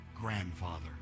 grandfather